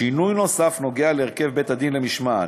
שינוי נוסף קשור להרכב בית-הדין למשמעת.